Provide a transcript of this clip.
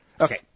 Okay